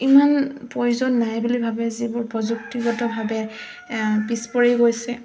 ইমান প্ৰয়োজন নাই বুলি ভাবে যিবোৰ প্ৰযুক্তিগতভাৱে পিছপৰি গৈছে